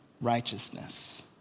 righteousness